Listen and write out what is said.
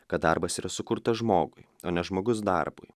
kad darbas yra sukurtas žmogui o ne žmogus darbui